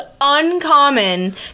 uncommon